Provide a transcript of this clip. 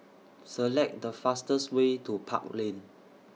Select The fastest Way to Park Lane